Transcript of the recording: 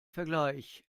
vergleich